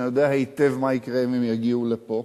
יודע היטב מה יקרה אם הם יגיעו לפה.